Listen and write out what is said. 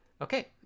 Okay